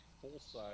full-size